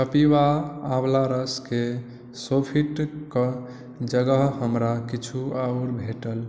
कपिवा आंवला रसके सोफिटके जगह हमरा किछु आओर भेटल